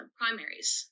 primaries